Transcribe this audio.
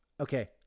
Okay